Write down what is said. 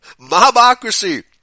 mobocracy